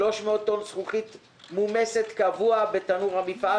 300 טון זכוכית מומסת קבוע בתנור המפעל